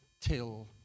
till